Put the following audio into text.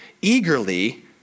eagerly